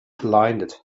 blinded